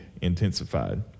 intensified